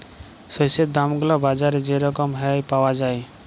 শস্যের দাম গুলা বাজারে যে রকম হ্যয় পাউয়া যায়